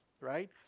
right